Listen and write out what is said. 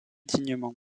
dignement